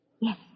Yes